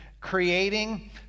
creating